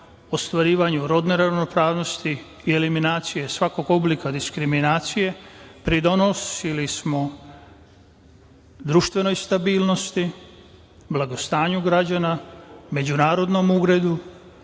ostvarivanju rodno ravnopravnosti i eliminacije, svakog oblika diskriminacije, pridonosili smo društvenoj stabilnosti, blagostanju građana, međunarodnom uredu